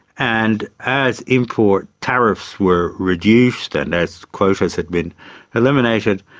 and as import tariffs were reduced and as quotas had been eliminated,